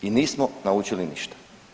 I nismo naučili ništa.